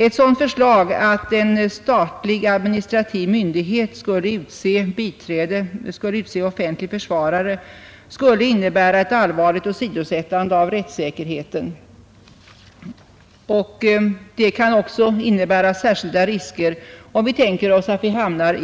Ett sådant förslag, att en statlig administrativ myndighet skulle utse offentlig försvarare, skulle innebära ett allvarligt åsidosättande av rättssäkerheten. Det kan också innebära särskilda risker